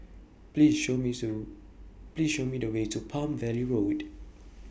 Please Show Me Please Show Me The Way to Palm Valley Road